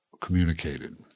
communicated